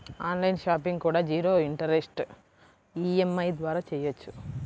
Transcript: on line shopping కూడా zero interest EMI ద్వారా చెయ్యొచ్చు